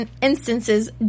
instances